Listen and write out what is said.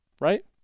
right